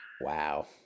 Wow